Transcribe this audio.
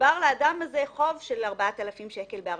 שנצבר לאדם הזה חוב של 4,000 שקל בארנונה.